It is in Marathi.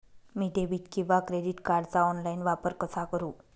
मी डेबिट किंवा क्रेडिट कार्डचा ऑनलाइन वापर कसा करु?